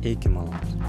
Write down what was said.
iki malonaus